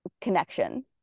connection